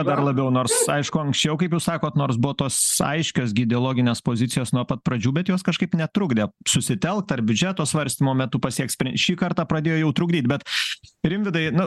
dar labiau nors aišku anksčiau kaip jūs sakot nors buvo tos aiškios ideologinės pozicijos nuo pat pradžių bet jos kažkaip netrukdė susitelkt ir biudžeto svarstymo metu pasiekt spre šį kartą pradėjo jau trugdyt bet rimvydai nu